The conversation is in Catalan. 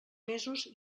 mesos